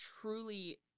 truly